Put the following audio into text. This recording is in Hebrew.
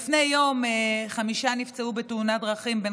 לפני יום חמישה נפצעו בתאונת דרכים בין